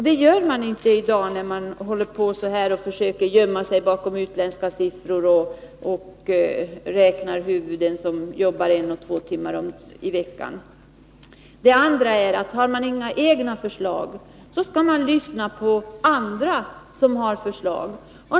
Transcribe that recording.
Det gör man inte i dag när man försöker gömma sig bakom utländska siffror och räknar huvuden som arbetar en eller två timmar i veckan. Det andra är att har man inga egna förslag så skall man lyssna på andra som har förslag.